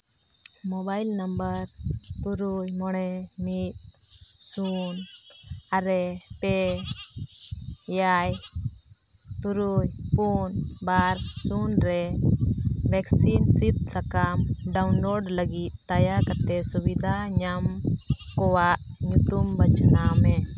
mobile number ᱛᱩᱨᱩᱭ ᱢᱚᱬᱮ ᱢᱤᱫ ᱥᱩᱱ ᱟᱨᱮ ᱯᱮ ᱮᱭᱟᱭ ᱛᱩᱨᱩᱭ ᱯᱩᱱ ᱵᱟᱨ ᱥᱩᱱ ᱨᱮ ᱵᱷᱮᱠᱥᱤᱱ ᱥᱤᱫᱽ ᱥᱟᱠᱟᱢ ᱰᱟᱣᱩᱱᱞᱳᱰ ᱞᱟᱹᱜᱤᱫ ᱫᱟᱭᱟ ᱠᱟᱛᱮᱫ ᱥᱩᱵᱤᱫᱷᱟ ᱧᱟᱢ ᱠᱚᱣᱟᱜ ᱧᱩᱛᱩᱢ ᱵᱟᱪᱷᱱᱟᱣ ᱢᱮ